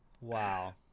Wow